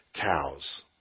cows